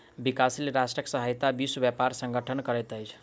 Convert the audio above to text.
विकासशील राष्ट्रक सहायता विश्व व्यापार संगठन करैत अछि